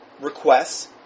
requests